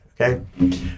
Okay